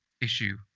issue